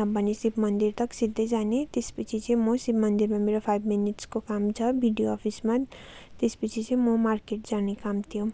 नभने शिव मन्दिर तक सिधै जाने त्यस पछि चाहिँ म शिव मन्दिरमा मेरो फाइभ मिनट्सको काम छ बिडिओ अफिसमा त्यस पछि चाहिँ म मार्केट जाने काम थियो